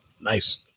nice